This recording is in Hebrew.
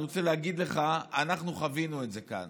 אני רוצה להגיד לך: אנחנו חווינו את זה כאן.